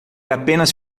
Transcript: apenas